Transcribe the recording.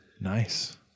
Nice